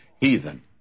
heathen